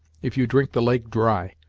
if you drink the lake dry.